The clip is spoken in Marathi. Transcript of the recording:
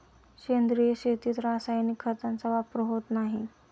सेंद्रिय शेतीत रासायनिक खतांचा वापर होत नाही